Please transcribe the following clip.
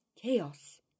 chaos